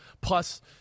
plus